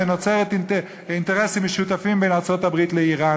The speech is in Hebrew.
ונוצרים אינטרסים משותפים בין ארצות-הברית לאיראן,